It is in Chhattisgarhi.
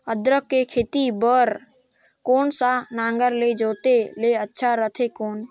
अदरक के खेती बार कोन सा नागर ले जोते ले अच्छा रथे कौन?